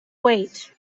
weight